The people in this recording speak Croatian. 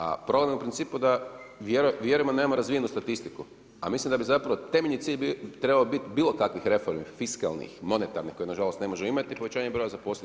A problem je u principu da vjerujemo da nemamo razvijenu statistiku, a mislim da bi temeljni cilj trebao biti bilo kakvih reformi fiskalnih, monetarnih koje na žalost ne možemo imati povećanje broja zaposlenih.